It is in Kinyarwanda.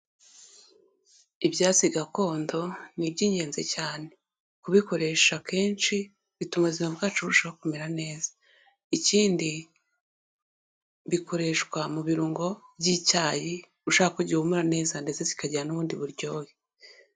Ibyatsi gakondo ni iby'ingenzi cyane kubikoresha kenshi bituma ubuzima bwacu burushaho kumera neza, ikindi bikoreshwa mu birungo by'icyayi, ushaka ko gihumura neza ndetse kikagira n'ubundi buryohe.